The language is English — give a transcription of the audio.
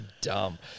dumb